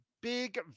big